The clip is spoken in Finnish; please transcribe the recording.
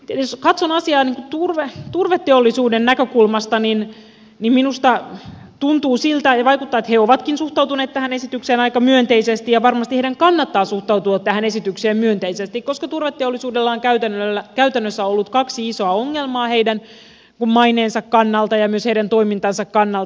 jos katson asiaa turveteollisuuden näkökulmasta niin minusta tuntuu ja vaikuttaa siltä että he ovatkin suhtautuneet tähän esitykseen aika myönteisesti ja varmasti heidän kannattaa suhtautua tähän esitykseen myönteisesti koska turveteollisuudella on käytännössä ollut kaksi isoa ongelmaa heidän maineensa kannalta ja myös heidän toimintansa kannalta